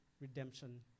redemption